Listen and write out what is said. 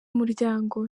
muryango